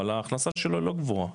אבל ההכנסה שלו לא גבוהה,